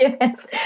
Yes